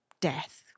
death